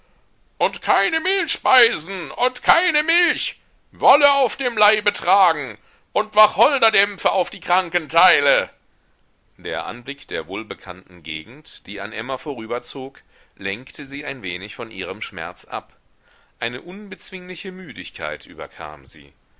und keine mehlspeisen und keine milch wolle auf dem leibe tragen und wacholderdämpfe auf die kranken teile der anblick der wohlbekannten gegend die an emma vorüberzog lenkte sie ein wenig von ihrem schmerz ab eine unbezwingliche müdigkeit überkam sie